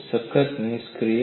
ખૂબ સખત નિષ્કર્ષ